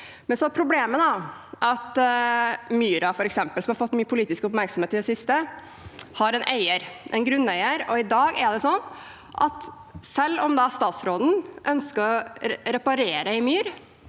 Problemet er at f.eks. myra, som har fått mye politisk oppmerksomhet i det siste, har en eier, en grunneier. I dag er det sånn at selv om statsråden ønsker å reparere en myr